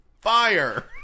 Fire